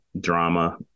drama